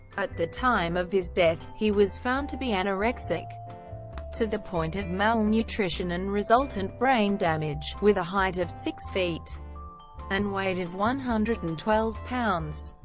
at the time of his death, he was found to be anorexic to the point of malnutrition and resultant brain damage, with a height of six feet and weight of one hundred and twelve pounds.